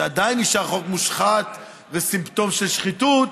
שעדיין נשאר חוק מושחת וסימפטום של שחיתות,